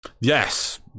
Yes